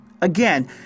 Again